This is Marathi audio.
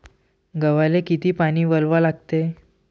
गव्हाले किती पानी वलवा लागते?